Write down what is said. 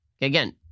Again